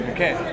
Okay